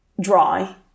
dry